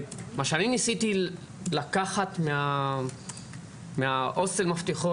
מה שאני ניסיתי לקחת מההוסטל מפתחות,